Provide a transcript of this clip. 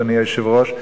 אדוני היושב-ראש,